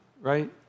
right